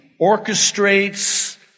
orchestrates